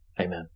Amen